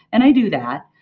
and i do that.